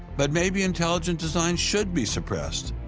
but maybe intelligent design should be suppressed.